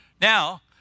Now